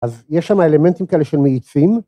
אז יש שם אלמנטים כאלה של מאיצים.